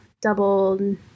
double